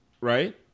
right